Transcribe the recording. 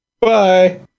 bye